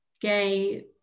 gay